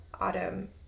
Autumn